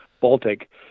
Baltic